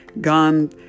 gone